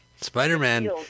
Spider-Man